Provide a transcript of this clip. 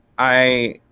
i